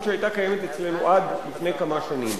שהיתה קיימת אצלנו עד לפני כמה שנים.